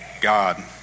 God